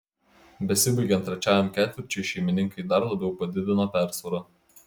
besibaigiant trečiajam ketvirčiui šeimininkai dar labiau padidino persvarą